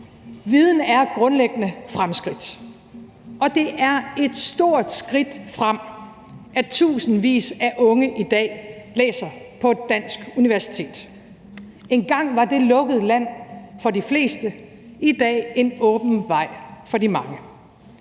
Viden er grundlæggende fremskridt, og det er et stort skridt frem, at tusindvis af unge i dag læser på et dansk universitet. Engang var det lukket land for de fleste, i dag en åben vej for de mange.